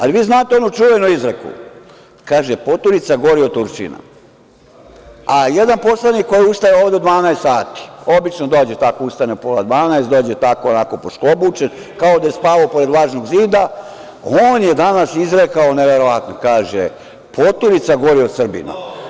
Ali, vi znate onu čuvenu izreku, kaže – poturica gori od Turčina, a jedan poslanik koji ustaje ovde 12 sati, obično dođe tako ustane u pola 12, dođe tako onako podšklobučen, kao da je spavao pored vlažnog zida, on je danas izrekao neverovatno, kaže – poturica gori od Srbina.